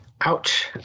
Ouch